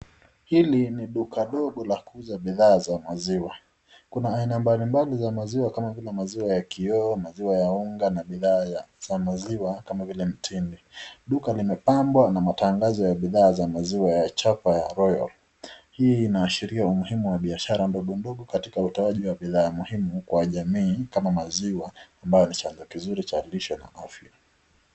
Hili ni duka ndogo la kuuza maziwa kuna aina mbali mbali za maziwa kama vile maziwa ya kioo, kuna maziwa ya unga na bidhaa za maziwa kama vile mtindi. Duka limepambwa na katumizi ya bidhaa za maziwa za chapa ya Royal. Hii inaashiria umuhimu wa biahara ndongo ndogo katika utoaji wa bidhaa muhimu kwa jamii kama maziwa ambayo ni chanzo kizuri cha lishe na afya.